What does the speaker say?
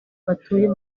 batuye